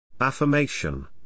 Affirmation